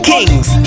Kings